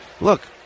look